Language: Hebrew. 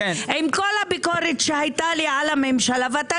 עם כל הביקורת שהיתה לי על הממשלה ואתה